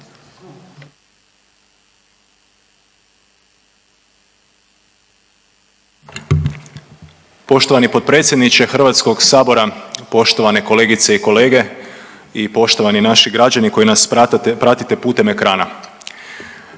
Poštovani potpredsjedniče HS-a, poštovane kolegice i kolege i poštovani naši građani koji nas pratite putem ekrana.